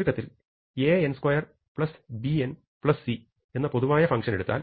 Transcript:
ചുരുക്കത്തിൽ an2 bn c എന്ന പൊതുവായ ഫങ്ഷനെടുത്താൽ